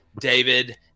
David